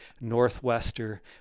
northwester